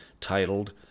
titled